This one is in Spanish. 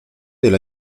del